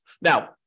Now